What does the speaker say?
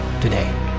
today